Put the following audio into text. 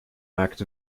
act